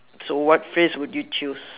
so what phrase would you choose